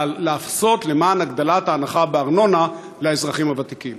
לעשות למען הגדלת ההנחה בארנונה לאזרחים הוותיקים?